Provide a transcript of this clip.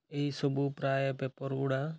ଏଇସବୁ ପ୍ରାୟ ପେପର୍ଗୁଡ଼ା